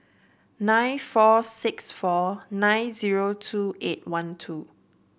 nine four six four nine zero two eight one two